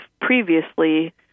previously